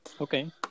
Okay